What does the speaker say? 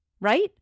Right